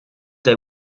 they